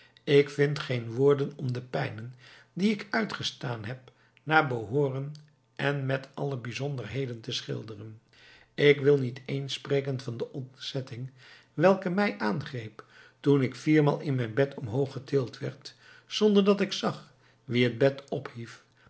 ik vind geen woorden om de pijnen die ik uitgestaan heb naar behooren en met alle bijzonderheden te schilderen ik wil niet eens spreken van de ontzetting welke mij aangreep toen ik viermaal in mijn bed omhoog getild werd zonder dat ik zag wie het bed ophief